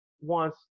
wants